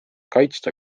kaitsta